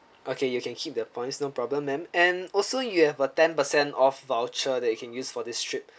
okay you can keep the points no problem ma'am and also you have a ten percent off voucher that you can use for this trip